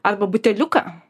arba buteliuką